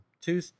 two